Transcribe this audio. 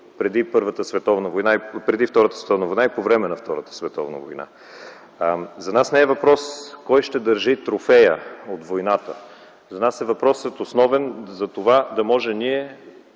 преди Втората световна война и по време на Втората световна война. За нас не е въпрос кой ще държи трофея от войната, за нас основен въпрос е да можем ние,